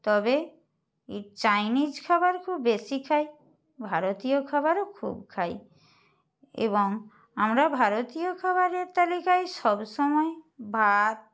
তবে এই চাইনিজ খাবার খুব বেশি খাই ভারতীয় খাবারও খুব খাই এবং আমরা ভারতীয় খাবারের তালিকায় সবসময় ভাত